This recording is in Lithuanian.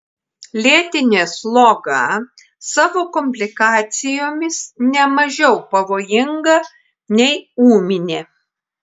lėtinė sloga savo komplikacijomis ne mažiau pavojinga nei ūminė